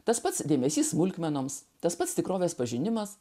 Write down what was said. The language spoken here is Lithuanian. tas pats dėmesys smulkmenoms tas pats tikrovės pažinimas